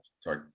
Sorry